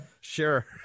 Sure